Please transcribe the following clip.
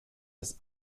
des